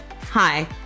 Hi